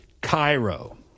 Cairo